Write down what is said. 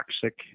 Toxic